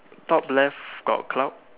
top left got cloud